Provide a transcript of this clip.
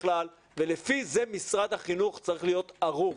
ולפי זה משרד החינוך צריך להיות ערוך.